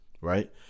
right